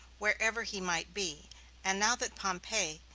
wherever he might be and now that pompey,